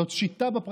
זאת שיטה בפרקליטות.